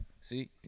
See